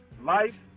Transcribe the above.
life